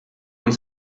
und